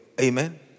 Amen